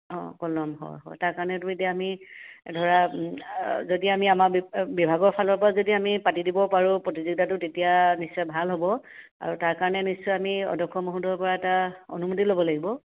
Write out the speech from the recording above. অঁ কলম হয় হয় তাৰ কাৰণেতো এতিয়া আমি ধৰা যদি আমি আমাৰ বিভাগৰ ফালৰপৰা যদি আমি পাতি দিব পাৰো প্ৰতিযোগিতাটো তেতিয়া নিশ্চয় ভাল হ'ব আৰু তাৰকাৰণে আমি নিশ্চয় আমি অধ্যক্ষ মহোদয়ৰপৰা এটা অনুমতি ল'ব লাগিব